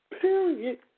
Period